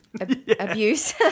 abuse